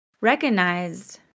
recognized